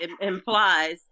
implies